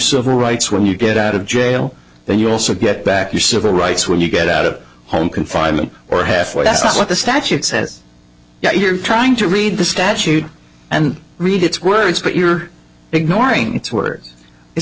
civil rights when you get out of jail then you also get back your civil rights when you get out of home confinement or halfway that's what the statute says you're trying to read the statute and read its words but you're ignoring wor